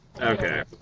Okay